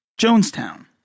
Jonestown